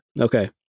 Okay